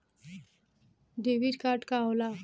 Debit card का होला कैसे मिलेला?